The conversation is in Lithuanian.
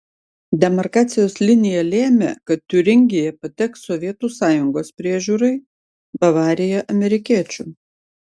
demarkacijos linija lėmė kad tiuringija pateks sovietų sąjungos priežiūrai bavarija amerikiečių